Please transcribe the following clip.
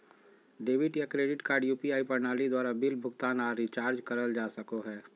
debit या credit card UPI प्रणाली द्वारा बिल भुगतान आर रिचार्ज करल जा सको हय